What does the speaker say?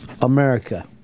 America